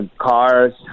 cars